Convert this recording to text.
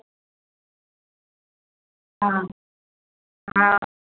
आं आं